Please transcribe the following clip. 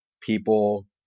people